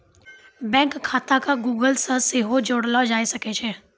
bank खाता के Google से सेहो जोड़लो जाय सकै छै